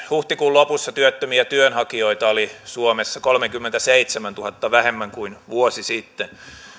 huhtikuun lopussa työttömiä työnhakijoita oli suomessa kolmenkymmenenseitsemäntuhannen vähemmän kuin vuosi sitten